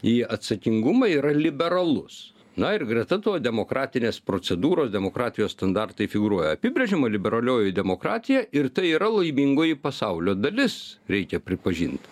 į atsakingumą yra liberalus na ir greta to demokratinės procedūros demokratijos standartai figūruoja apibrėžiama liberalioji demokratija ir tai yra laimingoji pasaulio dalis reikia pripažint